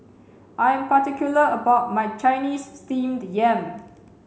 I am particular about my Chinese steamed yam